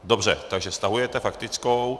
Dobře, takže stahujete faktickou.